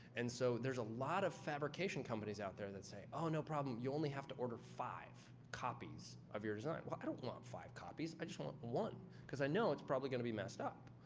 and so, there's a lot of fabrication companies out there that say, oh, no problem. you only have to order five copies of your design. well, i don't want five copies. i just want one, because i know it's probably going to be messed up.